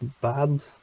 bad